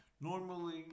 Normally